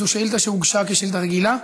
זו שאילתה שהוגשה כשאילתה רגילה?